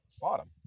Bottom